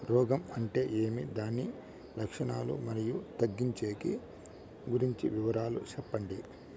రోగం అంటే ఏమి దాని లక్షణాలు, మరియు తగ్గించేకి గురించి వివరాలు సెప్పండి?